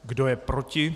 Kdo je proti?